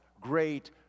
great